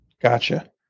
Gotcha